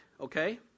okay